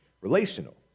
relational